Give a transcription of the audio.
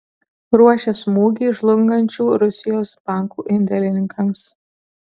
ruošia smūgį žlungančių rusijos bankų indėlininkams